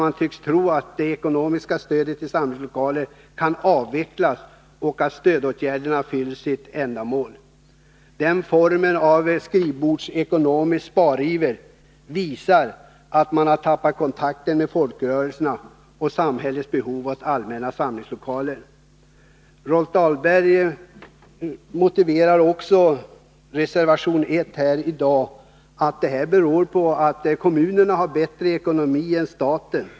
Man tycks där tro att det ekonomiska stödet till samlingslokaler kan avvecklas och att stödåtgärden har fyllt sitt ändamål. Den formen av skrivbordsekonomisk spariver visar att man har tappat kontakten med folkrörelserna och inte förstår samhällets behov av allmänna samlingslokaler. Rolf Dahlberg motiverade reservation 1 med att kommunerna har bättre ekonomi än staten.